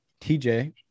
TJ